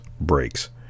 breaks